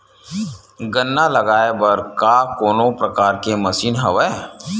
गन्ना लगाये बर का कोनो प्रकार के मशीन हवय?